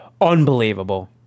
Unbelievable